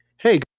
Hey